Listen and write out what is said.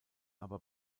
aber